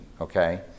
okay